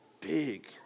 big